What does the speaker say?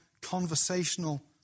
conversational